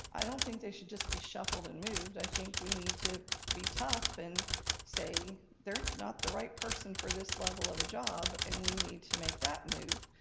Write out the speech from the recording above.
i don't think they should just be shuffled and moved. i think we need to be tough and say, they're not the right person for this level of a job and we need to make that move,